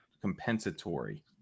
compensatory